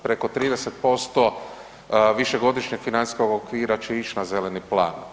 Preko 30% Višegodišnjeg financijskog okvira će ići na Zeleni plan.